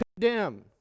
condemn